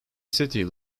city